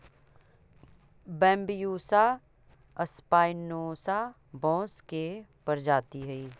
Bambusa spinosa बाँस के प्रजाति हइ